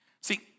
See